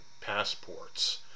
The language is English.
passports